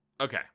Okay